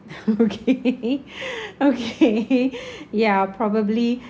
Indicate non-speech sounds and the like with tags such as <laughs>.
<laughs> okay <breath> okay <laughs> yeah probably